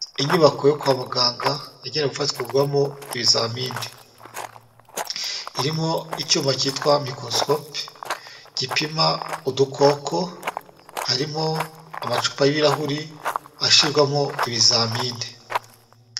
Inyubako yo kwa muganga yajyaga gufatwamo ibizaminirimo. Irimo icyuma cyitwa mikorosikope gipima udukoko, harimo amacupa y'ibirahure ashirwamo ibizamini.